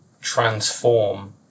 transform